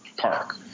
park